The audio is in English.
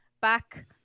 Back